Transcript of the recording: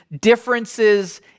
differences